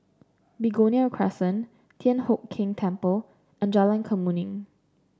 Begonia Crescent Thian Hock Keng Temple and Jalan Kemuning